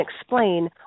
explain